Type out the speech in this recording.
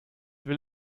will